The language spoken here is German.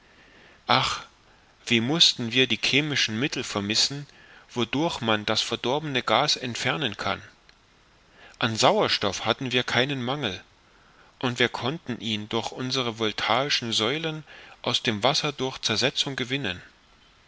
ach wie mußten wir die chemischen mittel vermissen wodurch man das verdorbene gas entfernen kann an sauerstoff hatten wir keinen mangel und wir konnten ihn durch unsere voltaischen säulen aus dem wasser durch zersetzung gewinnen